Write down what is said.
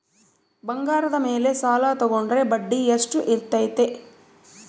ಬಂಗಾರದ ಮೇಲೆ ಸಾಲ ತೋಗೊಂಡ್ರೆ ಬಡ್ಡಿ ಎಷ್ಟು ಇರ್ತೈತೆ?